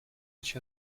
each